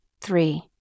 Three